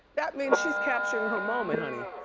that means she's capturing her moment, honey.